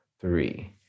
three